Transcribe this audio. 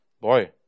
boy